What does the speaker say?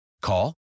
Call